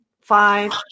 five